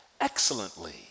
excellently